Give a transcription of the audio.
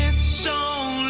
and so